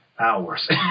hours